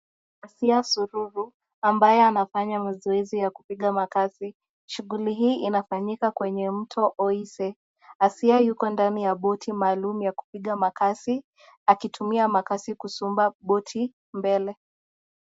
Asiya Sururu ambaye anafanya mazoezi ya kupiga makasi, shughuli hii inafanyika kwenye mto Oise, Asiya yuko ndani ya boti maalum ya kupiga makasi, akitumia makasi kusonga boti mbele.